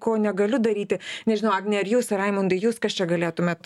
ko negaliu daryti nežinau agne ar jūs raimundai jūs kas čia galėtumėt